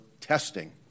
testing